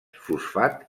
fosfat